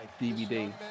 DVD